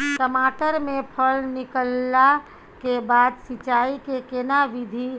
टमाटर में फल निकलला के बाद सिंचाई के केना विधी